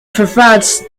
provides